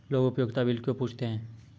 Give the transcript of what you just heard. लोग उपयोगिता बिल क्यों पूछते हैं?